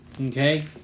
Okay